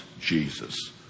Jesus